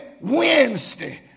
Wednesday